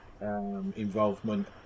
involvement